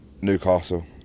Newcastle